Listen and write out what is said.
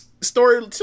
story